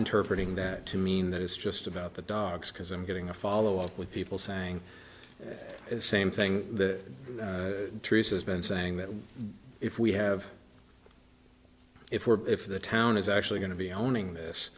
interpreting that to mean that it's just about the dogs because i'm getting a follow up with people saying same thing the truce has been saying that if we have if we're if the town is actually going to be owning this